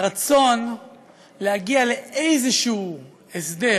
הרצון להגיע לאיזשהו הסדר